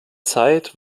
zeit